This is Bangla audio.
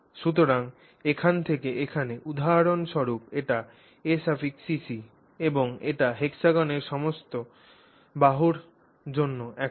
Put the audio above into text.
সুতরাং এখান থেকে এখানে উদাহরণস্বরূপ এটি acc এবং এটি হেক্সাগনের সমস্ত বাহুর জন্য একই